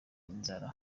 inzara